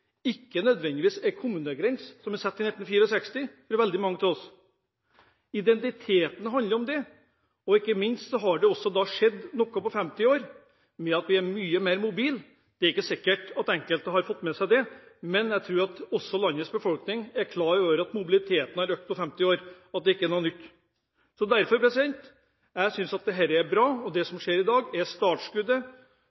Identiteten handler om det. Ikke minst har det skjedd noe på 50 år ved at vi er mye mer mobile. Det er ikke sikkert at alle har fått med seg det. Men jeg tror at også landets befolkning er klar over at det ikke er noe nytt at mobiliteten har økt på 50 år. Derfor synes jeg dette er bra. Det som skjer i dag, er startskuddet for å få flere muligheter også i Kommune-Norge, og ikke færre. Det skaper ikke flere problemer. Jeg ønsker å se mulighetsrommet og